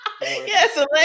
yes